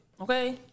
okay